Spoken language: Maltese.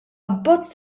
abbozz